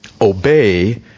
Obey